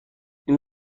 این